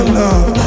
love